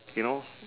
you know